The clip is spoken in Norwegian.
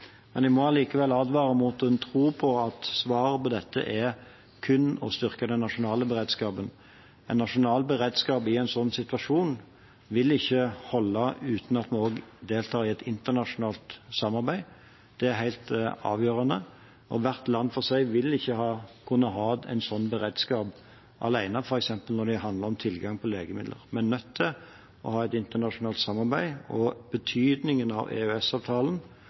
Jeg må likevel advare mot å tro at svaret på dette er kun å styrke den nasjonale beredskapen. En nasjonal beredskap i en sånn situasjon vil ikke holde uten at vi også deltar i et internasjonalt samarbeid. Det er helt avgjørende. Hvert land for seg vil ikke kunne ha en sånn beredskap alene, f.eks. når det handler om tilgang på legemidler. Vi er nødt til å ha et internasjonalt samarbeid, og betydningen av